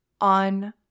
on